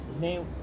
name